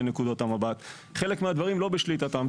נקודות המבט חלק מהדברים לא בשליטתם.